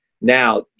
now